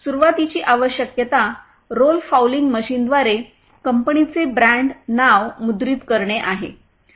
सुरुवातीची आवश्यकता रोल फाउलिंग मशीनद्वारे कंपनीचे ब्रँड नाव मुद्रित करणे आहे